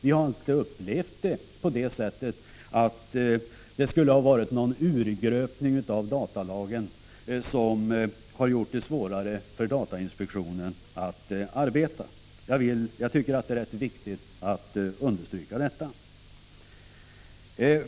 Vi har inte upplevt att det skulle ha skett någon urgröpning av datalagen, som har gjort det svårare för datainspektionen att arbeta. Jag tycker att det är viktigt att understryka detta.